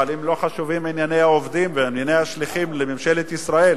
אבל אם לא חשובים ענייני העובדים וענייני השליחים לממשלת ישראל,